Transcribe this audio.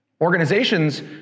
Organizations